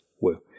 woo